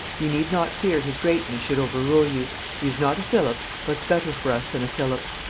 ye need not fear his greatness should overrule you he is not a philip, but better for us than a philip.